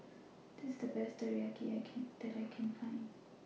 This IS The Best Teriyaki I Can that I Can Find